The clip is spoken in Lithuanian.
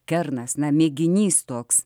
kernas na mėginys toks